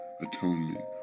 atonement